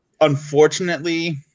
Unfortunately